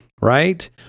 right